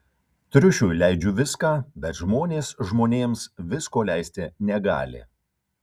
triušiui leidžiu viską bet žmonės žmonėms visko leisti negali